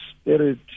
spirit